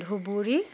Dhubri